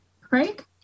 craig